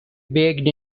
baked